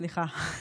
סליחה,